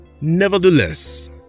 Nevertheless